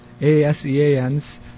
ASEAN's